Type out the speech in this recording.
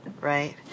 right